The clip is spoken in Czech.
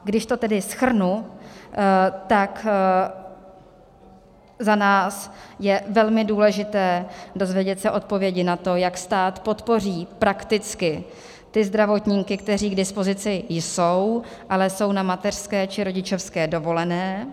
Když to tedy shrnu, tak za nás je velmi důležité dozvědět se odpovědi na to, jak stát podpoří prakticky ty zdravotníky, kteří k dispozici jsou, ale jsou na mateřské či rodičovské dovolené.